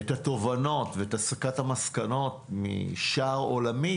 ואת התובנות ואת הסקת המסקנות משער עולמי.